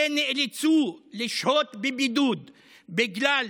שנאלצו לשהות בבידוד בגלל